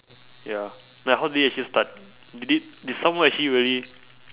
ya like how did it actually start did it did someone actually really